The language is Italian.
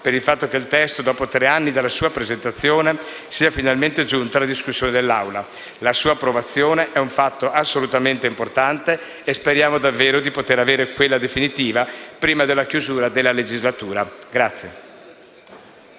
per il fatto che il testo, dopo tre anni dalla sua presentazione, sia finalmente giunto alla discussione dell'Assemblea. La sua approvazione è un fatto assolutamente importante e speriamo davvero di poter avere quella definitiva prima della chiusura della legislatura.